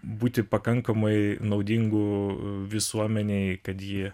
būti pakankamai naudingu visuomenei kad ji